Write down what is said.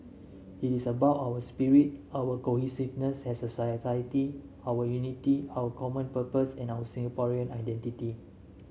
it is about our spirit our cohesiveness as a society our unity our common purpose and our Singaporean identity